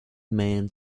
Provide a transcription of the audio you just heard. man